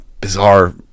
bizarre